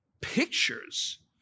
pictures